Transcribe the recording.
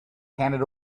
handed